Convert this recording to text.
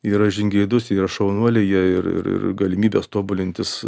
yra žingeidūs yra šaunuoliai jie ir galimybės tobulintis